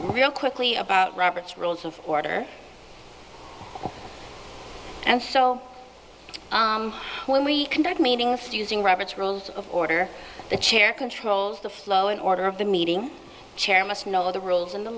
real quickly about robert's rules of order and so when we conduct meeting fusing robert's rules of order the chair controls the flow and order of the meeting chair must know the rules of the